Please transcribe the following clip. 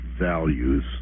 values